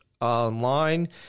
online